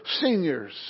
seniors